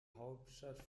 hauptstadt